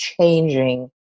changing